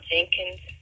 Jenkins